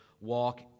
walk